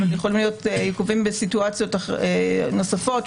אבל יכולים להיות עיכובים בסיטואציות נוספות.